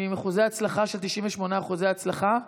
עם 98% הצלחה,